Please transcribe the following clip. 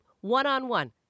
one-on-one